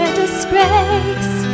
disgrace